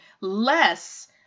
less